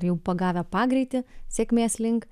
jau pagavę pagreitį sėkmės link